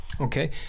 Okay